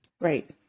Right